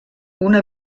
una